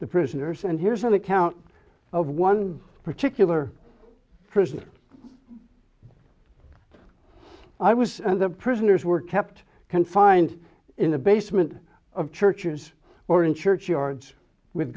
the prisoners and here's an account of one particular prisoner i was and the prisoners were kept confined in the basement of churches or in church yards with